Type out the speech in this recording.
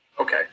Okay